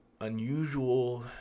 unusual